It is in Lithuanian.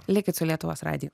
likit su lietuvos radiju